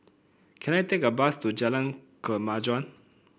can I take a bus to Jalan Kemajuan